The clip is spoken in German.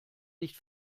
nicht